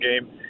game